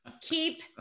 Keep